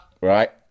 Right